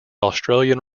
australian